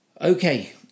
okay